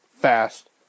fast